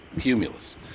Cumulus